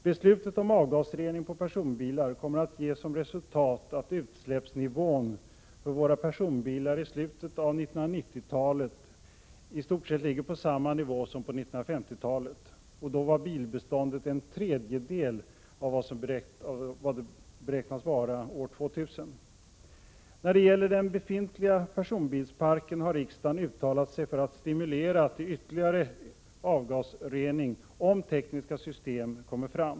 Beslutet om avgasrening på personbilar kommer att ge som resultat att utsläppsnivån för våra personbilar i slutet av 1990-talet i stort sett ligger på samma nivå som på 1950-talet. Då var bilbeståndet en tredjedel av vad det beräknas vara år 2000. När det gäller den befintliga personbilsparken har riksdagen uttalat sig för att stimulera till ytterligare avgasrening om tekniska system kommer fram.